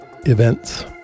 events